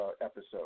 episode